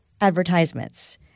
advertisements –